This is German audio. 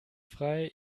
frei